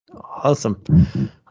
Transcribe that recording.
Awesome